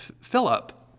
Philip